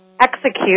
execute